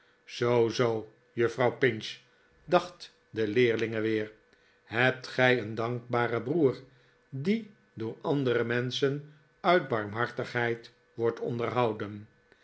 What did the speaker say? zoo zoo juffrouw pinch dacht de leerlinge weer t hebt gij een dankbaren broer die door andere menschen uit barmhartigheid wordt onderhouden